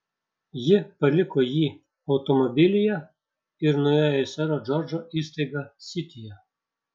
ji paliko jį automobilyje ir nuėjo į sero džordžo įstaigą sityje